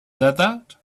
desert